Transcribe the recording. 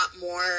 more